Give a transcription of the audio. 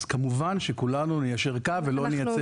אז כמובן כולנו ניישר קו ולא נייצר את זה.